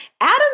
Adam